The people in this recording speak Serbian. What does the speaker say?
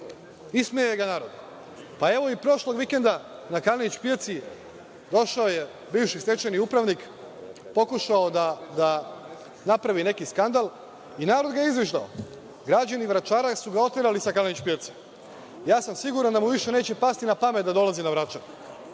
ismeje ga narod. Evo, i prošlog vikenda na Kalenić pijacu došao je bivši stečajni upravnik, pokušao da napravi neki skandal i narod ga izviždao. Građani Vračara su ga oterali sa Kalenić pijace. Ja sam siguran da mu više neće pasti na pamet da dolazi na Vračar.